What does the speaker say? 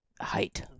height